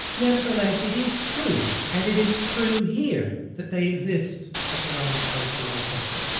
nevertheless it is true and it is true here, that they exist at their own spatial location.